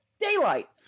Daylight